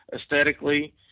aesthetically